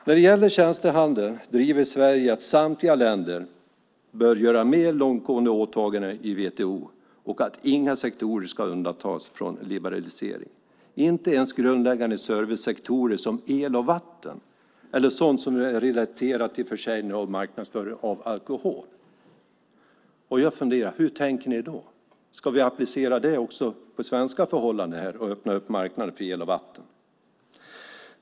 När det gäller tjänstehandeln driver Sverige att samtliga länder bör göra mer långtgående åtaganden i WTO och att inga sektorer ska undantas från liberalisering, inte ens grundläggande servicesektorer som el och vatten eller sådant som är relaterat till försäljning och marknadsföring av alkohol. Hur tänker ni då? Ska det också appliceras på svenska förhållanden och öppna marknaden för el och vatten?